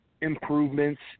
improvements